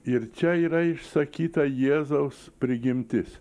ir čia yra išsakyta jėzaus prigimtis